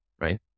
right